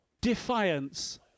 Defiance